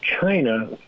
china